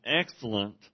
excellent